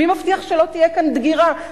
מי מבטיח שלא תהיה כאן דגירה על הקרקעות?